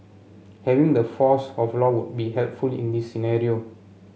having the force of law would be helpful in this scenario